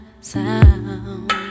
sound